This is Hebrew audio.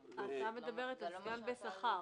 ההצעה מדברת על סגן בשכר.